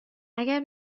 اگر